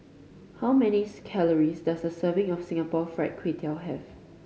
how many calories does a serving of Singapore Fried Kway Tiao have